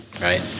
Right